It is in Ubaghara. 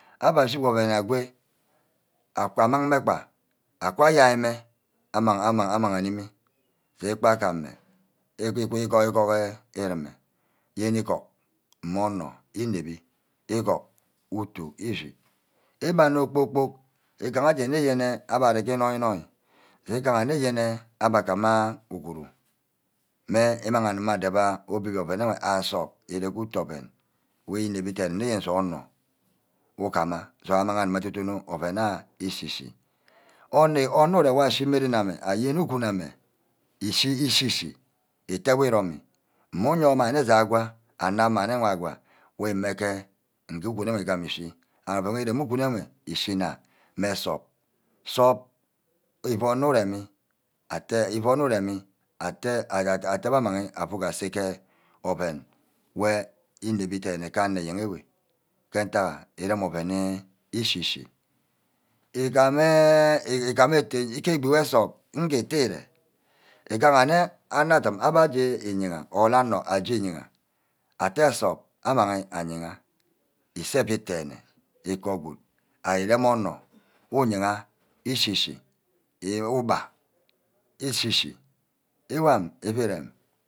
Ava ashi oven agoe. agmag-mme gba aku ayai mme amang amang animi. zee kpa ga ame igor-ígor urume. yene igor mme onor inepbe. igor utu eshi. igba be onor kpor-kpork igaha nne aje nne yene abbe arear ke inoi-inoi. je igaha nne yene aba gama uguru. mme imang arep obîo-obio oven nne asor ire ke otu oven wor ínep nne j́e anor uguamme. akuma amang adorn donor oven ah eshi-shi. onor wure war ashi ke ren ame aye ugun ame ishi-shi. wor ite wor írem-mí mmu íyewor mani je agwa anad mme nne gagwa nge ugun ayo igame ishi oven wor irem ugum ewe ishina mme nsup sup íbe onor íremi. ibe onor íremí atte. atte mme auuck ase ke oven wey înep dene ke anor eyen awe ken-ntagha urem oven ishi-shi. ígam eh. ke egbi wor nsup ke ere igaha nne ane edim aba aje iye or anor aye íye atte nsup amanghe ayega ise ebit denne ke-igod and írem onor muyaha ishi-shi ugba íshi-shi íwam effi